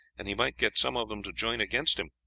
and he might get some of them to join against him.